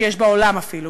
שיש בעולם אפילו,